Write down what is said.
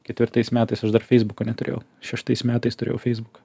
ketvirtais metais aš dar feisbuko neturėjau šeštais metais turėjau feisbuką